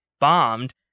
bombed